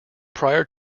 prior